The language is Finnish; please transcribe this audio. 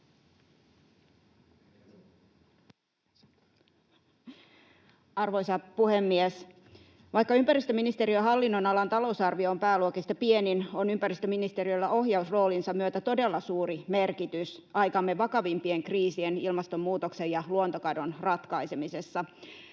Arvoisa puhemies! Vaikka ympäristöministeriön hallinnonalan talousarvio on pääluokista pienin, on ympäristöministeriöllä ohjausroolinsa myötä todella suuri merkitys aikamme vakavimpien kriisien, ilmastonmuutoksen ja luontokadon, ratkaisemisessa.